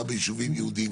גם ביישובים יהודיים,